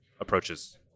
approaches